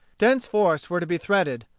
dense forests were to be threaded,